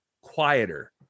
quieter